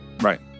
Right